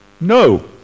no